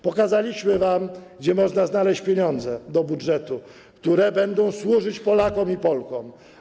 Pokazaliśmy wam, gdzie można znaleźć pieniądze do budżetu, które będą służyć Polakom i Polkom.